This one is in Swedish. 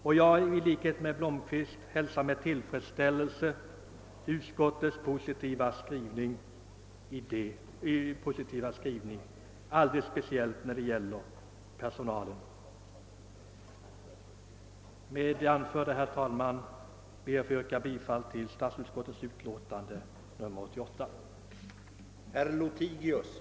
I likhet med herr Blomkvist hälsar jag med tillfredsställelse utskottets positiva skrivning speciellt när det gäller personalen. Med det anförda ber jag att få yrka bifall till utskottets hemställan.